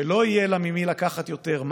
שלא יהיה לה יותר ממי לקחת מע"מ,